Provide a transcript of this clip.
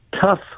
Tough